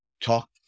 talk